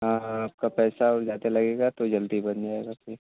हाँ हाँ आपका पैसा ज़्यादा लगेगा तो जल्दी बन जाएगा फिर